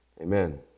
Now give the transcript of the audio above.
Amen